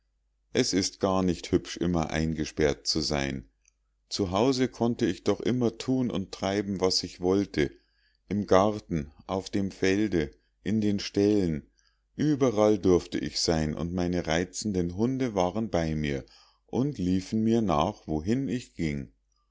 es ist gar nicht hübsch immer eingesperrt zu sein zu haus konnte ich doch immer thun und treiben was ich wollte im garten auf dem felde in den ställen überall durfte ich sein und meine reizenden hunde waren bei mir und liefen mir nach wohin ich ging